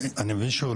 המועצה.